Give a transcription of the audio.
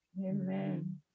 Amen